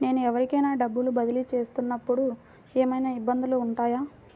నేను ఎవరికైనా డబ్బులు బదిలీ చేస్తునపుడు ఏమయినా ఇబ్బందులు వుంటాయా?